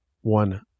one